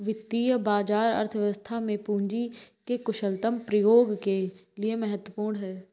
वित्तीय बाजार अर्थव्यवस्था में पूंजी के कुशलतम प्रयोग के लिए महत्वपूर्ण है